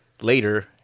later